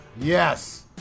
Yes